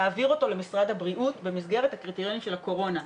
להעביר אותו למשרד הבריאות במסגרת הקריטריונים של הקורונה.